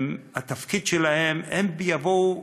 הן יבואו